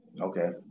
Okay